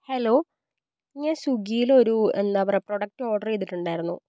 hello ഞാൻ സ്വിഗ്ഗീലൊരു എന്താ പറയുക പ്രൊഡക്ട് ഓർഡറ് ചെയ്തിട്ടുണ്ടായിരുന്നു